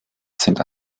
sind